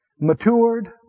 matured